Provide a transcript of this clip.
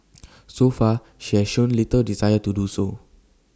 so far she has shown little desire to do so